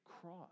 cross